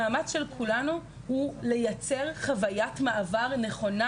המאמץ של כולנו הוא לייצר חוויית מעבר נכונה,